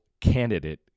candidate